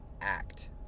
act